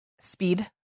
speed